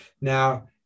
Now